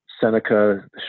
Seneca